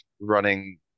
running